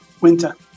Winter